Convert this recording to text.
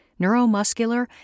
neuromuscular